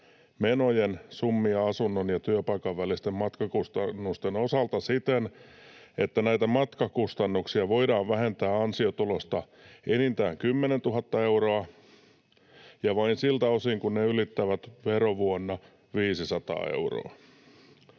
summia asunnon ja työpaikan välisten matkakustannusten osalta siten, että näitä matkakustannuksia voidaan vähentää ansiotulosta enintään 10 000 euroa ja vain siltä osin kuin ne ylittävät verovuonna 500 euroa.